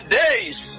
days